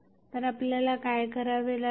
तर आपल्याला काय करावे लागेल